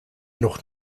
noch